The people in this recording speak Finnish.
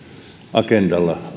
agendalla